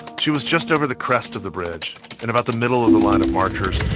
she was just over the crest of the bridge, in about the middle of the line of marchers,